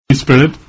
Spirit